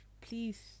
Please